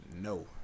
no